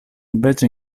invece